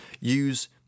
use